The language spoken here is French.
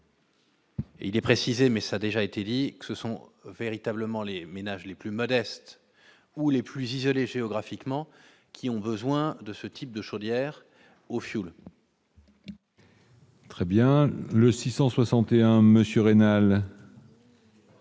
il est précisé, mais ça a déjà été dit que ce sont véritablement les ménages les plus modestes ou les plus isolés géographiquement, qui ont besoin de ce type de chaudières au fioul. Très bien, le 661 Monsieur